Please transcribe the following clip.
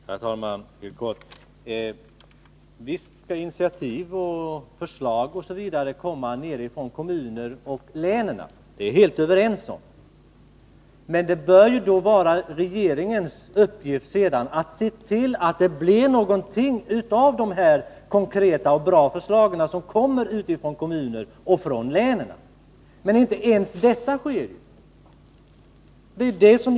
Herr talman! Helt kort: Visst skall initiativ och förslag komma från kommunerna och länen. Det är vi helt överens om. Men det bör vara regeringens uppgift att se till att det blir någonting av de här konkreta och bra förslagen som kommer från kommunerna och länen. Men inte ens detta sker. Bl.